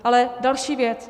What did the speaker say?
Ale další věc.